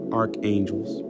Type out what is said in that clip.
archangels